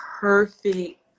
perfect